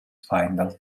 final